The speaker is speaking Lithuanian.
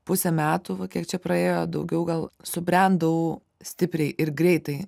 pusę metų va kiek čia praėjo daugiau gal subrendau stipriai ir greitai